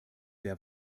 der